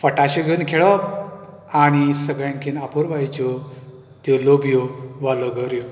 फटाशे घेवन खेळप आनी सगळ्यांकीन आपुरबायेच्यो त्यो लोबयो वा लगोऱ्यो